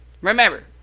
Remember